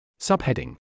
Subheading